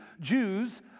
Jews